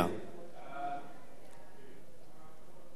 סעיפים 1 10 נתקבלו.